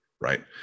right